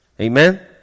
Amen